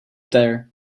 there